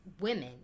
women